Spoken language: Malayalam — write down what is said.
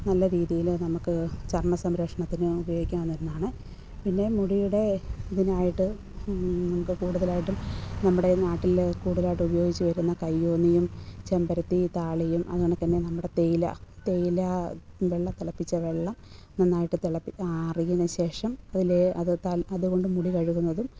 നല്ല രീതിയിൽ നമുക്ക് ചർമ്മ സംരക്ഷണത്തിന് ഉപയോഗിക്കാവുന്ന ഒന്നാണ് പിന്നെ മുടിയുടെ ഇതിനായിട്ട് നമുക്ക് കൂടുതലായിട്ടും നമ്മുടെ നാട്ടിൽ കൂടുതലായിട്ടും ഉപയോഗിച്ച് വരുന്ന കയ്യോന്നിയും ചെമ്പരത്തി താളിയും അത് കണക്കുതന്നെ നമ്മുടെ തേയില തേയില വെള്ളം തിളപ്പിച്ച വെള്ളം നന്നായിട്ട് തിളപ്പിച്ച് ആറിയതിനു ശേഷം അതിൽ അത് അതുകൊണ്ട് മുടി കഴുകുന്നതും